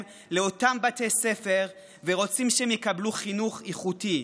לאותם בתי ספר ורוצים שהם יקבלו חינוך איכותי,